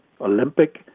Olympic